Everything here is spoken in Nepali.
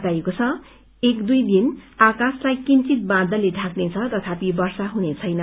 बताइएको छ एक दुइ दिन आकाशलाई किन्चित बादलले ढाक्नेछ तथापि वर्षा हुनेछैन